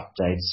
updates